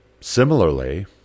Similarly